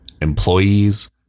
employees